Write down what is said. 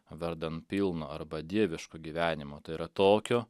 vardan pilno arba dieviško gyvenimo tai yra tokio